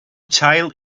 child